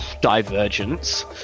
divergence